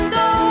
go